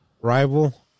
rival